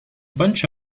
bunch